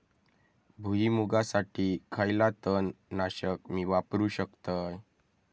भुईमुगासाठी खयला तण नाशक मी वापरू शकतय?